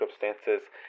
circumstances